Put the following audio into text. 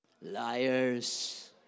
Liars